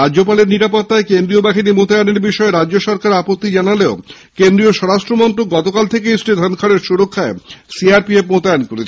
রাজ্যপালেল নিরাপত্তায় কেন্দ্রীয় বাহিনী মোতায়েনের বিষয়ে রাজ্য সরকার আপত্তি জানালেও কেন্দ্রীয় স্বরাষ্ট্র মন্ত্রক গতকাল থেকেই শ্রী ধনখড়ের সুরক্ষায় সিআরপিএফ মোতায়েন করেছে